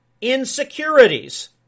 Insecurities